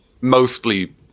mostly